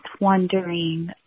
wondering